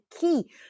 key